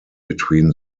between